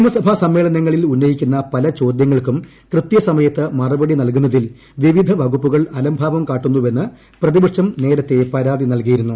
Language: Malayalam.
നിയമസഭ്സ്മ്മേളനങ്ങളിൽ ഉന്നയിക്കുന്ന പല ചോദ്യങ്ങൾക്കും കൃത്യസമയത്ത് മറുപടി നൽകുന്നതിൽ വിവിധ വകുപ്പുകൾ അലംഭാവം കാട്ടുന്നുവെന്ന് പ്രതിപക്ഷം നേരത്തെ പരാതി നൽകിയിരുന്നു